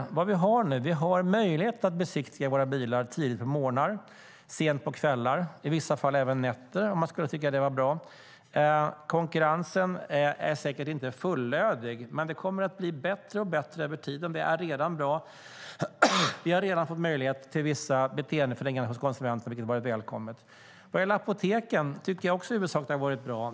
Nu har vi möjlighet att besiktiga våra bilar tidigt på morgnar, sent på kvällar och i vissa fall även på nätter, om man skulle tycka att det var bra. Konkurrensen är säkert inte fullödig, men det kommer att bli bättre över tiden. Det är redan bra, och vi har redan sett vissa beteendeförändringar hos konsumenter, vilket varit välkommet. Vad gäller apoteken tycker jag också att det i huvudsak har varit bra.